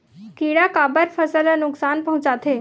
किड़ा काबर फसल ल नुकसान पहुचाथे?